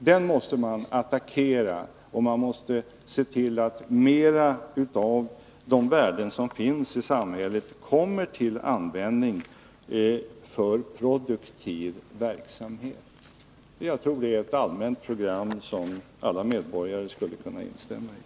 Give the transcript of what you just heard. Den måste man attackera, och man måste se till att mera av de värden som finns ute i samhället kommer till användning för produktiv verksamhet. Jag tror detta är ett allmänt program, som alla medborgare borde kunna instämma i.